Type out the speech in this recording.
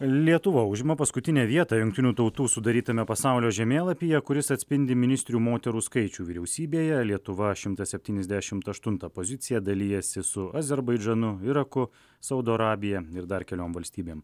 lietuva užima paskutinę vietą jungtinių tautų sudarytame pasaulio žemėlapyje kuris atspindi ministrių moterų skaičių vyriausybėje lietuva šimtas septyniasdešimt aštuntą poziciją dalijasi su azerbaidžanu iraku saudo arabija ir dar keliom valstybėm